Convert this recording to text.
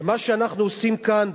ומה שאנחנו עושים כאן,